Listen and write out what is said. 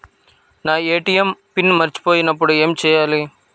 నా ATM PIN మరచిపోయినప్పుడు ఏమి చేయాలి?